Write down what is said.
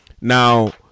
now